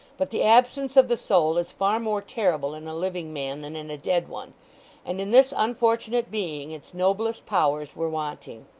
but, the absence of the soul is far more terrible in a living man than in a dead one and in this unfortunate being its noblest powers were wanting.